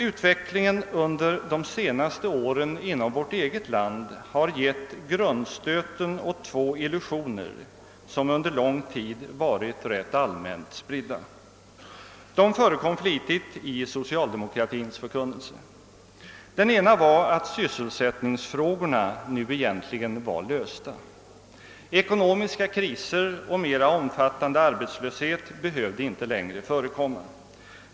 Utvecklingen under de senaste åren inom vårt eget land har gett grundstöten åt två illusioner, som under lång tid varit rätt allmänt spridda. De förekom flitigt i socialdemokratins förkunnelse. Den ena var att sysselsättningsfrågorna nu egentligen var lösta. Ekonomiska kriser och mera omfattande arbetslöshet behövde inte längre förekomma.